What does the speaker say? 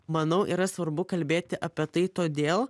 manau yra svarbu kalbėti apie tai todėl